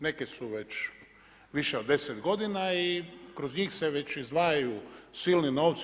Neke su već više od 10 godina i kroz njih se već izdvajaju silni novci.